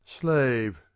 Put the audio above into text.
slave